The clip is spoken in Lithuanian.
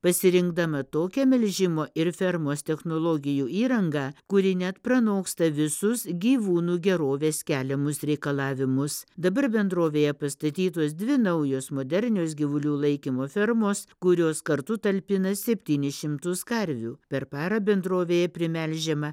pasirinkdama tokią melžimo ir fermos technologijų įrangą kuri net pranoksta visus gyvūnų gerovės keliamus reikalavimus dabar bendrovėje pastatytos dvi naujos modernios gyvulių laikymo fermos kurios kartu talpina septynis šimtus karvių per parą bendrovėje primelžiama